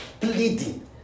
pleading